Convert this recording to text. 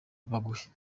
baguhe